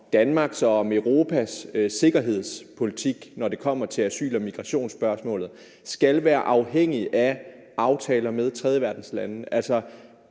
Danmarks og Europas sikkerhedspolitik, når det kommer til asyl- og migrationsspørgsmålet, skal være afhængig af aftaler med tredjeverdenslande.